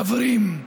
חברים,